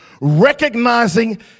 recognizing